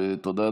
ותודה,